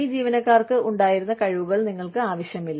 ഈ ജീവനക്കാർക്ക് ഉണ്ടായിരുന്ന കഴിവുകൾ നിങ്ങൾക്ക് ആവശ്യമില്ല